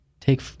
take